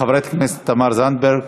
חברת הכנסת תמר זנדברג,